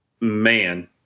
man